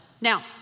Now-